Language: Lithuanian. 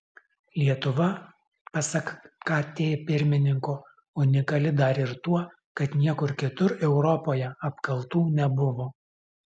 lietuva pasak kt pirmininko unikali dar ir tuo kad niekur kitur europoje apkaltų nebuvo